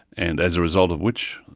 and as a result of which,